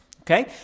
okay